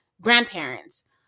grandparents